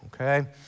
okay